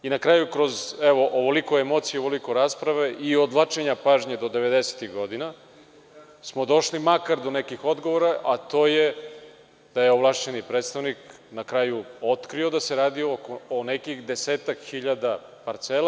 Na kraju, evo kroz ovoliko emocija, ovoliko rasprave i odvlačenja pažnje do devedesetih godina, došli smo makar do nekih odgovora, a to je da je ovlašćeni predstavnik na kraju otkrio da se radi o nekih desetak hiljada parcela.